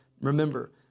Remember